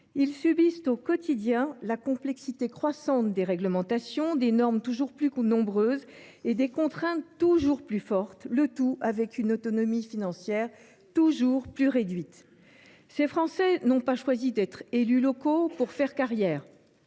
Ils subissent au quotidien la complexité croissante des réglementations, des normes toujours plus nombreuses et des contraintes toujours plus fortes, le tout avec une autonomie financière toujours plus réduite. Ces Français n’ont pas choisi d’être élus locaux pour faire carrière.